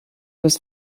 des